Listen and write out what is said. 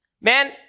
Man